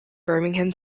birmingham